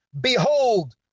behold